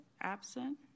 absent